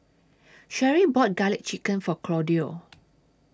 Sherri bought Garlic Chicken For Claudio